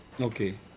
Okay